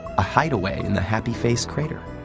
a hideaway in the happy face crater?